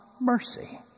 mercy